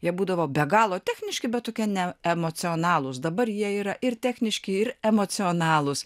jie būdavo be galo techniški bet tokie ne emocionalūs dabar jie yra ir techniški ir emocionalūs